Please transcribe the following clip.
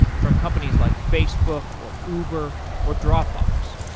from companies like facebook or uber or dropbox.